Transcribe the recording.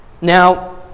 Now